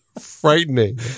frightening